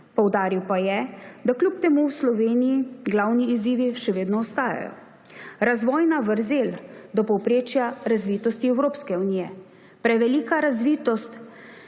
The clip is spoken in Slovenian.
poudaril pa je, da kljub temu v Sloveniji glavni izzivi še vedno ostajajo: razvojna vrzel do povprečja razvitosti Evropske unije, prevelika razlika